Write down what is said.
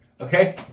Okay